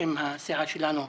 בשם הסיעה שלנו,